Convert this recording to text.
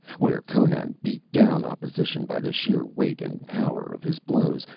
where conan beat down opposition by the sheer weight and power of his blows,